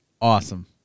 awesome